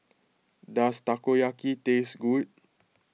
does Takoyaki taste good